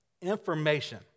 Information